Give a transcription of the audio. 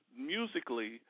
musically